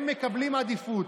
הם מקבלים עדיפות.